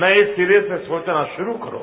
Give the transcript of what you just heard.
नये सिरे से सोचना शुरू करो